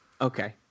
Okay